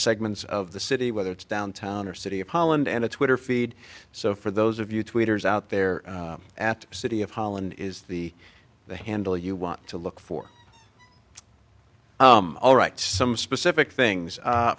segments of the city whether it's downtown or city of holland and a twitter feed so for those of you tweeters out there at city of holland is the the handle you want to look for all right some specific things